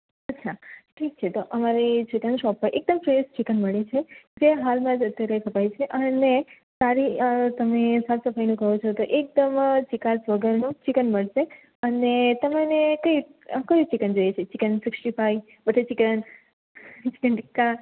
અચ્છા ઠીક છે તો અમારી ચિકન શોપ પર એકદમ ફ્રેશ ચિકન મળે છે જે હાલમાં જ અત્યારે કપાય છે અને સારી તમે સાફ સફાઈનું કહો છો તો એકદમ જ ચિકાશ વગરનું ચિકન મળશે અને તમને કયું ચિકન જોઈએ છે chicken sixty five butter chicken chicken ટીકા